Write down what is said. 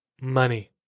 money